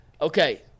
Okay